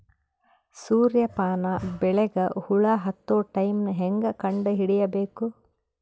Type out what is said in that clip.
ಸೂರ್ಯ ಪಾನ ಬೆಳಿಗ ಹುಳ ಹತ್ತೊ ಟೈಮ ಹೇಂಗ ಕಂಡ ಹಿಡಿಯಬೇಕು?